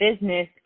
business